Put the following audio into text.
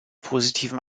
positiven